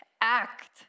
act